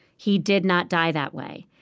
he did not die that way.